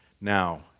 Now